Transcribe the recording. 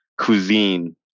cuisine